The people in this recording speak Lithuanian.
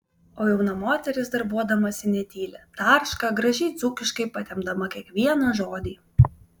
o jauna moteris darbuodamasi netyli tarška gražiai dzūkiškai patempdama kiekvieną žodį